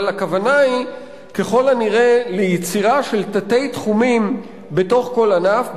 אבל הכוונה היא ככל הנראה ליצירה של תת-תחומים בתוך כל ענף,